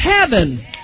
heaven